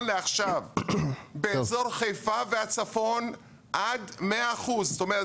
לעכשיו באזור חיפה והצפון עד 100%. זאת אומרת,